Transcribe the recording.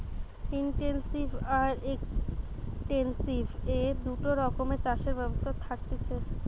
intensive আর extensive এই দুটা রকমের চাষের ব্যবস্থা থাকতিছে